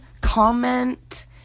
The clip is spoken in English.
comment